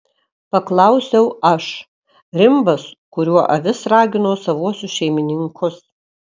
paklausiau aš rimbas kuriuo avis ragino savuosius šeimininkus